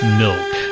milk